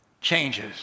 changes